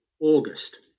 August